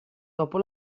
dopo